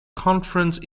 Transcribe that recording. conference